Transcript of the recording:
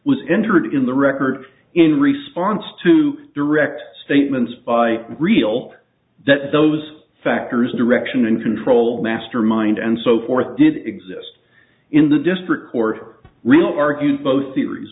was entered in the record in response to direct statements by real that those factors direction and control mastermind and so forth did exist in the district or real argued both theories